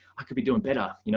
i could be doing better, you know,